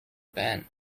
ben